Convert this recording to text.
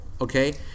okay